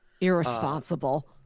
Irresponsible